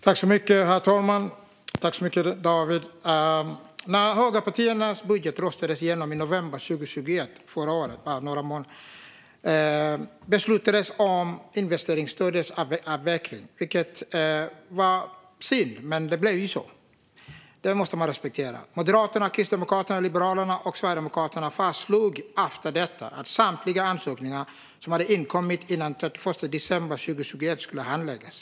Herr talman! Tack så mycket, David Josefsson! När högerpartiernas budget röstades igenom i november 2021 beslutades om investeringsstödets avveckling. Det var synd, men det blev ju så. Det måste man respektera. Moderaterna, Kristdemokraterna, Liberalerna och Sverigedemokraterna fastslog efter detta att samtliga ansökningar som hade inkommit innan den 31 december 2021 skulle handläggas.